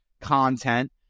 content